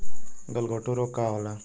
गलघोंटु रोग का होला?